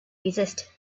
resist